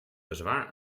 bezwaar